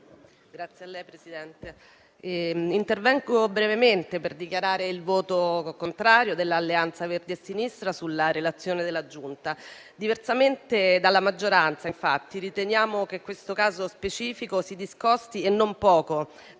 Signor Presidente, intervengo brevemente per dichiarare il voto contrario dell'Alleanza Verdi e Sinistra sulla relazione della Giunta. Diversamente dalla maggioranza, infatti, riteniamo che questo caso specifico si discosti, e non poco,